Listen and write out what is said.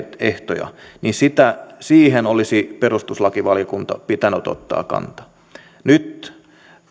ehtoja siihen olisi perustuslakivaliokunnan pitänyt ottaa kantaa nyt